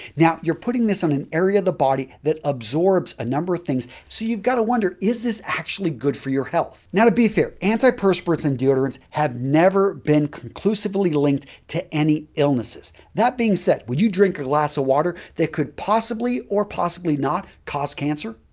now, you're putting this on an area of the body that absorbs a number of things, so you've got to wonder is this actually good for your health. now, to be fair, antiperspirants and deodorants have never been conclusively linked to any illnesses. that being said, when you drink a glass of water, that could possibly or possibly not cause cancer.